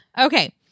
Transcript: Okay